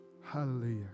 Hallelujah